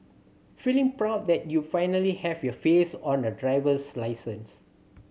feeling proud that you finally have your face on a driver's license